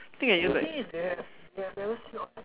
I think I use that